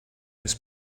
his